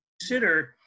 consider